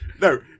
no